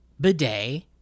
bidet